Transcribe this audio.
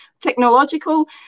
technological